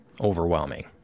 overwhelming